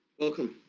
welcome.